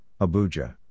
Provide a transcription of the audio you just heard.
Abuja